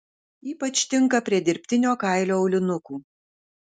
ypač tinka prie dirbtinio kailio aulinukų